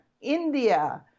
India